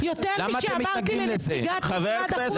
כמו שאמרתי לך, יותר משאמרתי לנציגת משרד החוץ